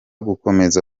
gukomeza